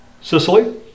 Sicily